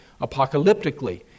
apocalyptically